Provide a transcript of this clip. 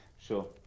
sure